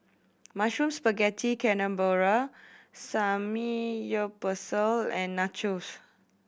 Mushroom Spaghetti Carbonara Samgyeopsal and Nachos